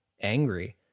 angry